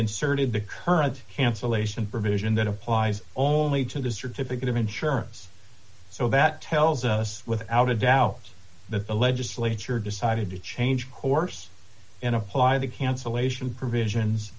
inserted the current cancellation provision that applies only to the certificate of insurance so that tells us without a doubt that the legislature decided to change course and apply the cancellation provisions